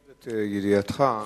לידיעתך,